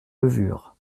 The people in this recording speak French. levure